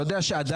אתה יודע שעדיין,